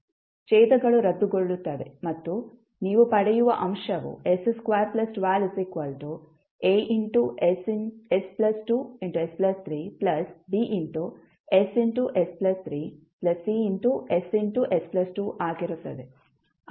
ಛೇದಗಳು ರದ್ದುಗೊಳ್ಳುತ್ತವೆ ಮತ್ತು ನೀವು ಪಡೆಯುವ ಅಂಶವು s212As2s3Bss3Css2 ಆಗಿರುತ್ತದೆ